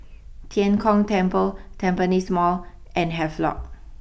Tian Kong Temple Tampines Mall and Havelock